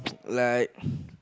like